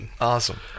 Awesome